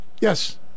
Yes